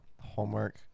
Homework